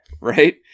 right